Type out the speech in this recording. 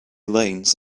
lanes